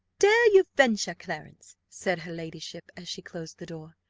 dare you venture, clarence, said her ladyship, as she closed the door,